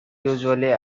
usually